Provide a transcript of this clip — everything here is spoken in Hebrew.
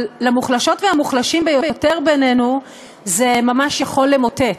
אבל למוחלשות והמוחלשים ביותר בינינו זה ממש יכול למוטט,